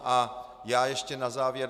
A já ještě na závěr.